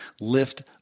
lift